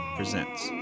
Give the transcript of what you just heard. presents